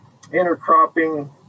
intercropping